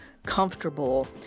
comfortable